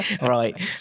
Right